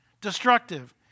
destructive